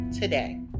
today